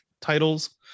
titles